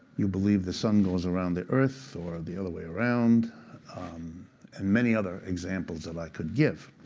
you believe the sun goes around the earth or the other way around and many other examples that i could give.